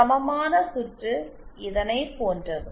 சமமான சுற்று இதனை போன்றது